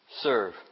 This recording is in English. serve